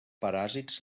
paràsits